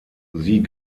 sie